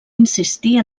insistir